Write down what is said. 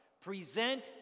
present